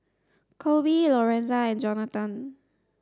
Koby Lorenza and Johnathan